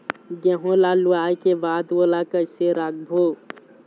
गेहूं ला लुवाऐ के बाद ओला कइसे राखबो?